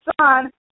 son